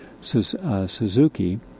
Suzuki